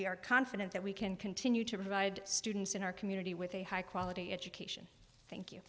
we are confident that we can continue to provide students in our community with a high quality education thank you